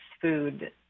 food